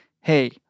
hey